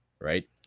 right